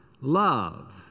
Love